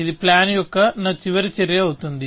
ఇది ప్లాన్ యొక్క నా చివరి చర్య అవుతుంది